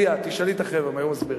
ליה, תשאלי את החבר'ה, הם היו מסבירים.